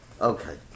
Okay